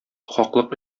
хаклык